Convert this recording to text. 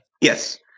Yes